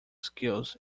skills